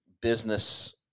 business